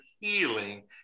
healing